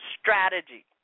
strategy